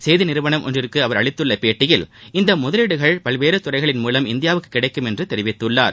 செய்தி நிறுவனம் ஒன்றுக்கு அவர் அளித்துள்ள பேட்டியில் இந்த முதலீடுகள் பல்வேறு துறைகளின் மூலம் இந்தியாவுக்கு கிடைக்கும் என்று தெரிவித்துள்ளார்